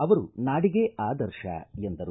ಅವರು ನಾಡಿಗೇ ಆದರ್ತ ಎಂದರು